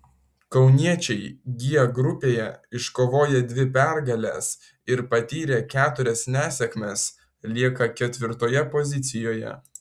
kauniečiai g grupėje iškovoję dvi pergales ir patyrę keturias nesėkmes lieka ketvirtoje pozicijoje